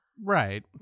Right